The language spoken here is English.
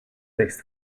text